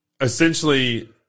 essentially